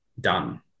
done